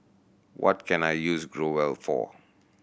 what can I use Growell for